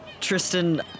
Tristan